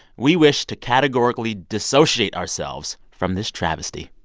we wish to categorically dissociate ourselves from this travesty.